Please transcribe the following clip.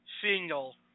single